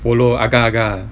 follow agak agak ah